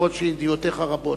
אף-על-פי שידיעותיך רבות.